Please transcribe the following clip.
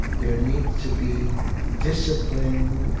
there needs to be discipline,